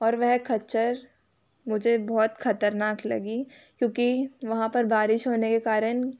और वह खच्चर मुझे बहुत खतरनाक लगी क्योंकि वहाँ पर बारिश होने के कारण